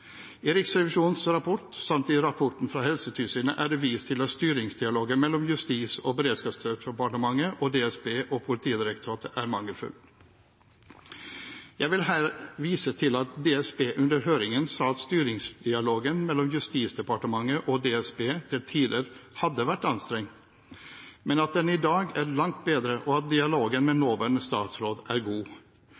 I Riksrevisjonens rapport samt i rapporten fra Helsetilsynet er det vist til at styringsdialogen mellom Justis- og beredskapsdepartementet og DSB og Politidirektoratet er mangelfull. Jeg vil her vise til at DSB under høringen sa at styringsdialogen mellom Justisdepartementet og DSB til tider hadde vært anstrengt, men at den i dag er langt bedre, og at dialogen med nåværende statsråd er god.